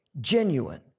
genuine